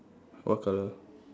what colour